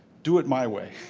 do it my way.